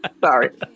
Sorry